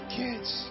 kids